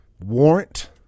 Warrant